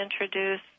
introduce